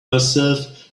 myself